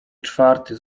czwarty